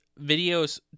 videos